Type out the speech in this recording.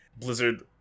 Blizzard